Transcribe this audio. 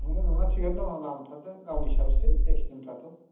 नङा नङा थिगानो दङ लामाफ्राथ' गावनि सायावसो एक्सिडेन्टफ्राथ'